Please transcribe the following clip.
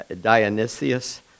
Dionysius